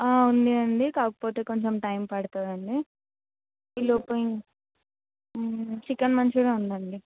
ఉంది అండి కాకపోతే కొంచెం టైం పడతదండి ఈ లోపు చికెన్ మంచూరియా ఉందండి